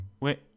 Wait